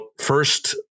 first